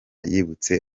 yibutse